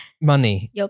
money